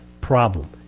problem